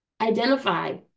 identify